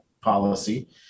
policy